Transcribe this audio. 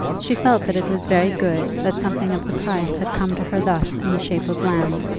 she felt that it was very good that something of the price had come to her thus in the shape of land,